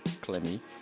Clemmy